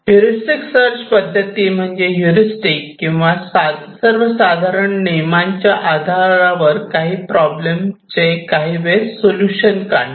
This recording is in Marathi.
ह्युरिस्टिक सर्च पद्धती म्हणजे ह्युरिस्टिक किंवा सर्वसाधारण नियमांच्या आधारावर काही प्रॉब्लेम चे काही वेळेस सोलुशन काढणे